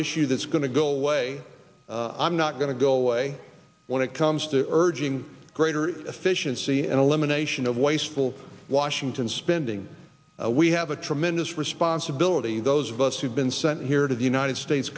issue that's going to go away i'm not going to go away when it comes to urging greater efficiency and elimination of wasteful washington spending we have a tremendous responsibility those of us who've been sent here to the united states